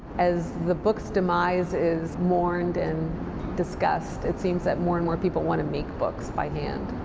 as the books' demise is mourned and discussed, it seems that more and more people want to make books by hand.